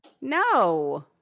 No